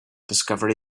discovery